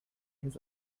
his